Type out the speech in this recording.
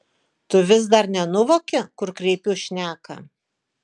tu vis dar nenuvoki kur kreipiu šneką